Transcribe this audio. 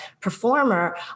performer